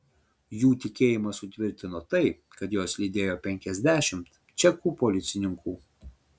jų tikėjimą sutvirtino tai kad juos lydėjo penkiasdešimt čekų policininkų